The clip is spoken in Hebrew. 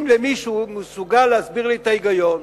אם מישהו מסוגל להסביר לי את ההיגיון,